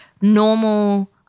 normal